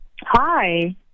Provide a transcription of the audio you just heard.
Hi